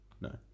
No